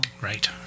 right